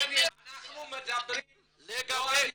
בני, אנחנו מדברים לא על אתיופים,